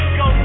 go